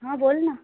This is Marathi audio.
हां बोल ना